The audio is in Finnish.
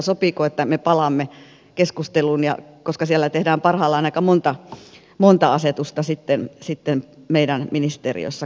sopiiko että me palaamme keskusteluun koska siellä tehdään parhaillaan aika monta asetusta meidän ministeriössä kaiken kaikkiaan